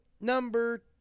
Number